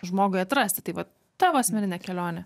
žmogui atrasti tai vat tavo asmeninė kelionė